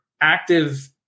active